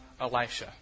Elisha